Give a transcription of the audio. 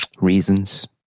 Reasons